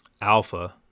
alpha